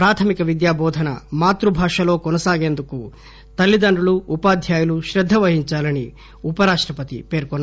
ప్రాథమిక విద్యా బోధన మాతృభాషలో కొనసాగించేందుకు తల్లిదండ్రులు ఉపాధ్యాయులు శ్రద్ద వహించాలని ఉప రాష్టపతి పేర్కొన్నారు